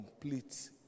complete